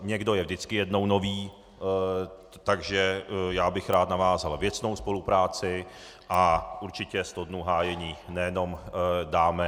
Někdo je vždycky jednou nový, takže já bych rád navázal věcnou spolupráci a určitě sto dnů hájení nejenom dáme.